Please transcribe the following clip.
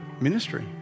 ministry